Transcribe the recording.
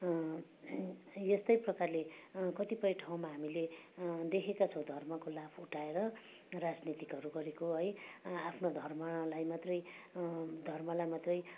यस्तै प्रकारले कतिपय ठाउँमा हामीले देखेका छौँ धर्मको लाभ उठाएर राजनीतिकहरू गरेको है आफ्नो धर्मलाई मात्रै धर्मलाई मात्रै